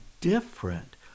different